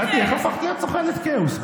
קטי, איך הפכת להיות סוכנת כאוס?